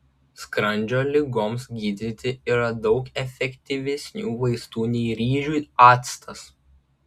skrandžio ligoms gydyti yra daug efektyvesnių vaistų nei ryžių actas